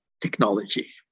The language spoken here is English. technology